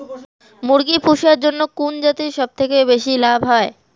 মুরগি পুষার জন্য কুন জাতীয় সবথেকে বেশি লাভ হয়?